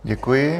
Děkuji.